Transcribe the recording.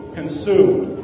consumed